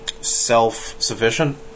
self-sufficient